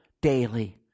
daily